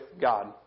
God